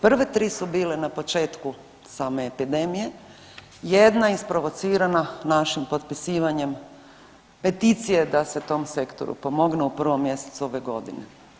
Prve tri su bile na početku same epidemije, jedna isprovocirana našim potpisivanjem peticije da se tom sektoru pomogne u prvom mjesecu ove godine.